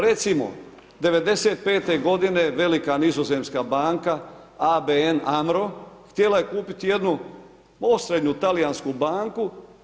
Recimo '95. godine velika nizozemska banka ABN AMRO htjela je kupiti jednu osrednju talijansku banku.